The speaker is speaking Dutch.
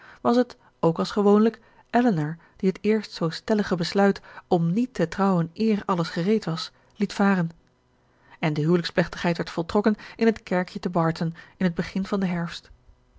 was het ook als gewoonlijk elinor die het eerst zoo stellige besluit om niet te trouwen eer alles gereed was liet varen en de huwelijksplechtigheid werd voltrokken in het kerkje te barton in t begin van den herfst